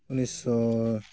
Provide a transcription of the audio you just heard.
ᱩᱱᱤᱥ ᱥᱚ